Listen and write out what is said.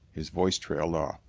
his voice trailed off.